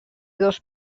dos